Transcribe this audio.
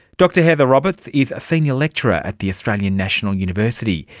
dr heather roberts is a senior lecturer at the australian national university.